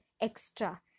extra